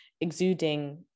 exuding